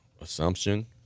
Assumption